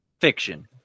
fiction